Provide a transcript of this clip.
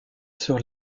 sur